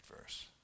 verse